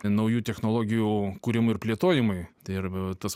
naujų technologijų kūrimui ir plėtojimui tai yra tas